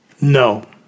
no